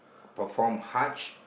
perform Hajj